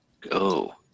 go